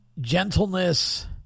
gentleness